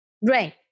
Right